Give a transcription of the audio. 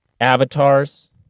avatars